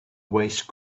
waste